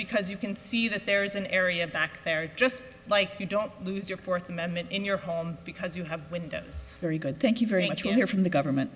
because you can see that there's an area back there just like you don't lose your fourth amendment in your face because you have windows very good thank you very much you'll hear from the government